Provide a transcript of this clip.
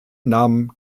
nahm